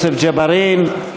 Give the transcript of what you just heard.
יוסף ג'בארין,